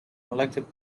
elected